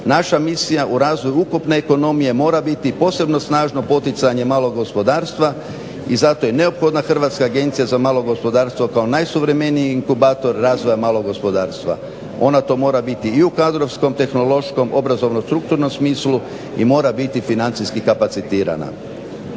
naša misija u razvoju ukupne ekonomije mora biti posebno snažno poticanje malog gospodarstva i zato je neophodna Hrvatska agencija za malo gospodarstvo kao najsuvremeniji inkubator razvoja malog gospodarstva. Ona to mora biti i u kadrovskom, tehnološkom, obrazovnom strukturnom smislu i mora biti financijski kapacitirana.